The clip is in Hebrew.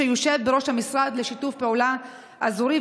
שיושב בראש המשרד לשיתוף פעולה אזורי,